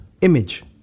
image